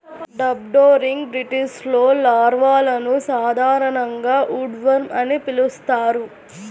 wood boring బీటిల్స్లో లార్వాలను సాధారణంగా ఉడ్వార్మ్ అని పిలుస్తారు